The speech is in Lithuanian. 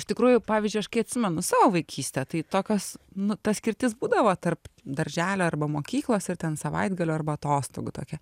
iš tikrųjų pavyzdžiui aš kai atsimenu savo vaikystę tai tokios nu ta skirtis būdavo tarp darželio arba mokyklos ir ten savaitgalio arba atostogų tokia